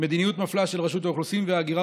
"מדיניות מפלה של רשות האוכלוסין וההגירה